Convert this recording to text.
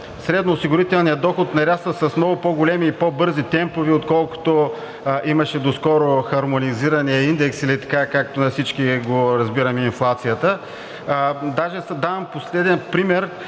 средноосигурителният доход нараства с много по-големи и по-бързи темпове, отколкото имаше доскоро хармонизиране, индекси или както всички разбираме инфлацията. Даже давам последен пример.